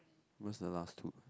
what's the last two